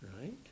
right